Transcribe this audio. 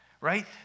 right